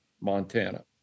Montana